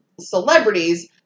celebrities